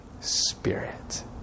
spirit